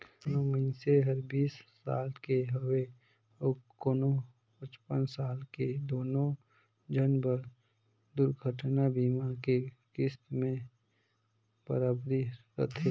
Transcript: कोनो मइनसे हर बीस साल के हवे अऊ कोनो पचपन साल के दुनो झन बर दुरघटना बीमा के किस्त में बराबरी रथें